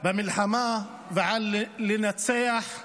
במלחמה ועל לנצח.